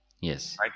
Yes